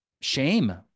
shame